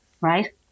right